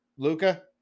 Luca